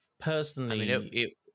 personally